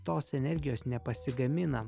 tos energijos nepasigaminam